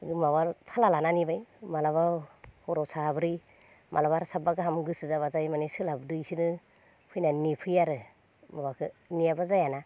माबा फाला लानानै नेबाय माब्लाबा हराव साब्रै माब्लाबा आरो साबा गाहाम गोसो जाब्लाथाय माने जाय सोलाबदो इसोरो फैनानै नेफैयो आरो माबाखो नेयाब्ला जाया ना